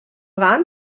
rahn